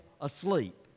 asleep